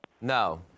No